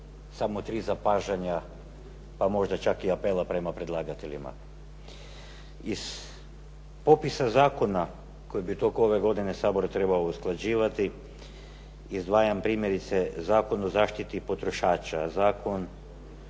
samo tri zapažanja, pa možda čak i apela prema predlagateljima. Iz popisa zakona koje bi u toku ove godine Sabor trebao usklađivati izdvajam primjerice Zakon o zaštiti potrošača, Zakon